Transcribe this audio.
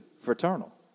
fraternal